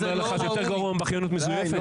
זה יותר גרוע מ"בכיינות מזוייפת"?